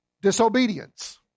Disobedience